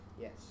Yes